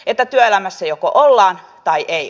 että työelämässä joko ollaan tai ei